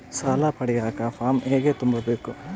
ಸಾಲ ಪಡಿಯಕ ಫಾರಂ ಹೆಂಗ ತುಂಬಬೇಕು?